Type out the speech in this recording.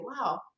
wow